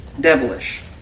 devilish